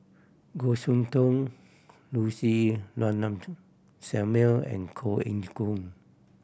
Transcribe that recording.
Goh Soon Tioe Lucy Samuel and Koh Eng Hoon